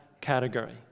category